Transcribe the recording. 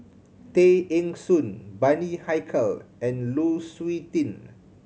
Tay Eng Soon Bani Haykal and Lu Suitin